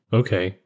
okay